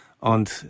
Und